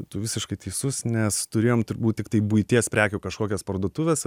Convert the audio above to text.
tu visiškai teisus nes turėjom turbūt tiktai buities prekių kažkokias parduotuves